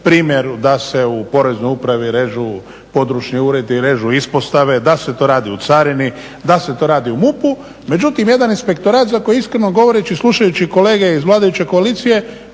primjer da se u poreznoj upravi režu područni uredi, režu ispostave, da se to radi u carini, da se to radi u MUP-u, međutim jedan inspektorat za koji iskreno govoreći i slušajući kolege iz vladajuće koalicije,